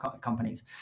companies